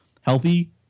healthy